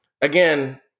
again